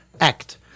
Act